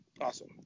awesome